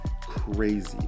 crazy